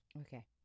okay